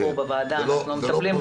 אנחנו מטפלים גם בזה פה בוועדה.